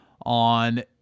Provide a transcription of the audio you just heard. on